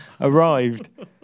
arrived